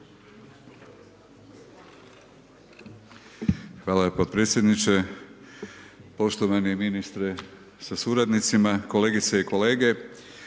Hvala potpredsjedniče, poštovani ministre sa suradnicima, kolegice i kolege,